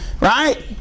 Right